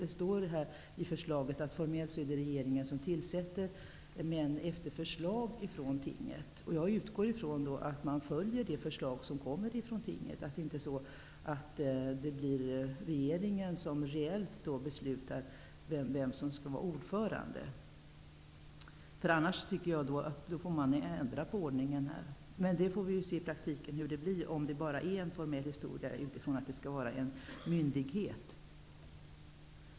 Det står i det framlagda förslaget att det är regeringen som formellt tillsätter ordförande efter förslag från tinget. Jag utgår från att man då följer det förslag som kommer från tinget, så att det inte blir regeringen som reellt beslutar vem som skall vara ordförande. Annars får ordningen ändras. Vi får se hur det blir i praktiken, om det bara är en formell historia, utifrån att det skall vara en myndighet.